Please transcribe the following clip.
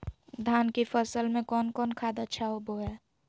धान की फ़सल में कौन कौन खाद अच्छा होबो हाय?